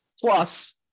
Plus